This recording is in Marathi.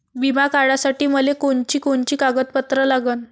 बिमा काढासाठी मले कोनची कोनची कागदपत्र लागन?